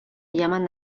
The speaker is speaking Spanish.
llaman